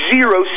Zero